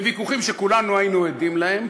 בוויכוחים שכולנו היינו עדים להם,